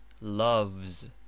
Loves